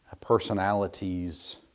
personalities